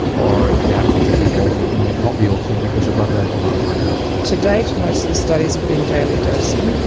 or if you haven't been taking it all week you may not be okay because your blood levels aren't high enough? to date most of the studies have been daily dosing,